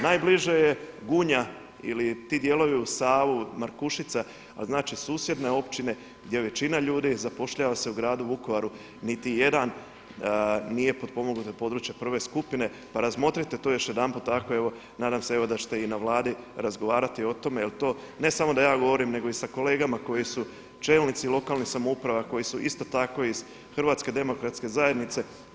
Najbliže je Gunja ili ti dijelovi uz Savu, Markušica ali znači susjedne općine gdje većina ljudi zapošljava se u gradu Vukovaru niti jedan nije potpomognuta područja prve skupine pa razmotrite to još jedanput, tako evo, nadam se evo da ćete i na Vladi razgovarati o tome jer to ne samo da ja govorim nego i sa kolegama koji su čelnici lokalnih samouprava, koji su isto tako iz HDZ-a.